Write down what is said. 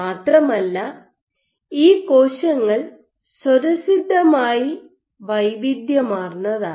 മാത്രമല്ല ഈ കോശങ്ങൾ സ്വതസിദ്ധമായി വൈവിധ്യമാർന്നതാണ്